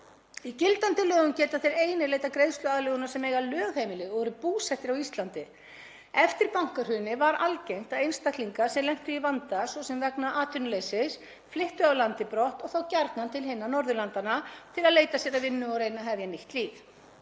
Í gildandi lögum geta þeir einir leitað greiðsluaðlögunar sem eiga lögheimili og eru búsettir á Íslandi. Eftir bankahrunið var algengt að einstaklingar sem lentu í vanda, svo sem vegna atvinnuleysis, flyttu af landi brott og þá gjarnan til hinna Norðurlandanna til að leita sér að vinnu og reyna að hefja nýtt líf.